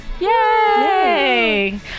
Yay